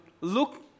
look